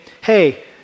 hey